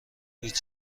هیچ